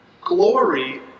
glory